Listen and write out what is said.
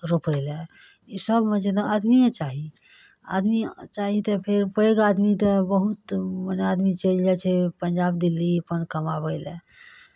रोपै लए इसभमे जे ने आदमिए चाही आदमी चाही तऽ फेर पैघ आदमी तऽ बहुत गोटे आदमी चलि जाइ छै पंजाब दिल्ली अपन कमाबय लए